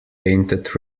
painted